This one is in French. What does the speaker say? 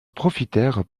profitèrent